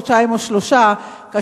חודשיים או שלושה חודשים,